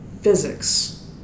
physics